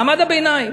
מעמד הביניים.